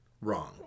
wrong